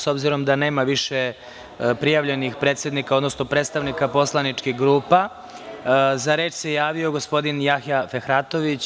S obzirom da nema više prijavljenih predsednika, odnosno predstavnika poslaničkih grupa, za reč se javio gospodin Jahja Fehratović.